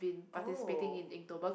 oh